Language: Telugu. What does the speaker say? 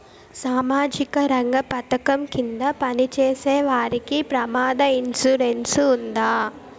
సామాజిక రంగ పథకం కింద పని చేసేవారికి ప్రమాద ఇన్సూరెన్సు ఉందా?